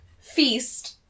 Feast